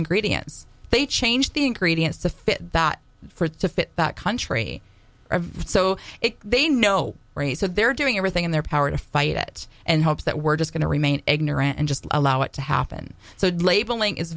ingredients they change the ingredients to fit that for to fit that country so if they know raise so they're doing everything in their power to fight it and hope that we're just going to remain ignorant and just allow it to happen so did labeling is